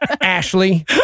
Ashley